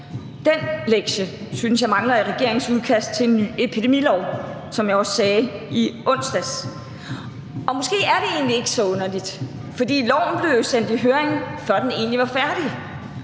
Den lektie synes jeg mangler i regeringens udkast til en ny epidemilov, som jeg også sagde i onsdags. Måske er det egentlig ikke så underligt, for loven blev jo sendt i høring, før den egentlig var færdig.